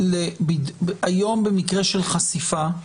במקרה של חשיפה,